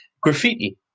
Graffiti